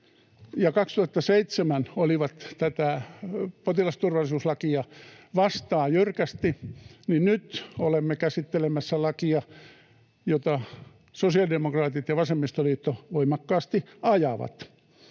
2007 olivat tätä potilasturvallisuuslakia vastaan jyrkästi, niin nyt olemme käsittelemässä lakia, jota sosiaalidemokraatit ja vasemmistoliitto voimakkaasti ajavat.